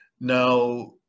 Now